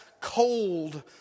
cold